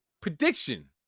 prediction